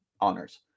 honors